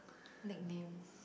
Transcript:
nickname